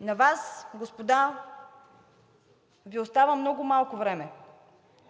на Вас Ви остава много малко време